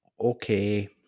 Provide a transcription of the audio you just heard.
Okay